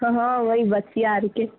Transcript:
हँ हँ वही बच्चिआ आरके